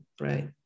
right